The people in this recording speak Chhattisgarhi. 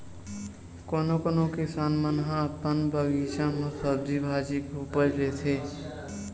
कोनो कोनो किसान मन ह अपन बगीचा म सब्जी भाजी के उपज लेथे